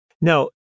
Now